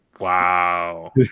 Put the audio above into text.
Wow